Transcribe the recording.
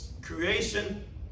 creation